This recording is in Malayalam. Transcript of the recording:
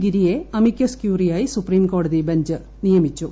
ഗിരിയെ അമിക്കസ്ക്യൂറിയായി സുപ്രീംകോടതി ബഞ്ച് നിയമിച്ചു